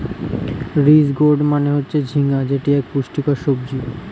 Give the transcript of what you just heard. ridge gourd মানে হচ্ছে ঝিঙ্গা যেটি এক পুষ্টিকর সবজি